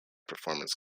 performance